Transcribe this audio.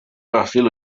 perfil